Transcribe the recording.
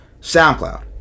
SoundCloud